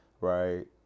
right